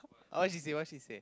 uh what she say what she say